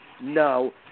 no